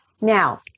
Now